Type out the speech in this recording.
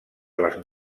les